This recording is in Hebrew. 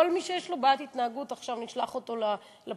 כל מי שיש לו בעיית התנהגות עכשיו נשלח אותו לפסיכיאטר,